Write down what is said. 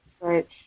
Right